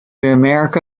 america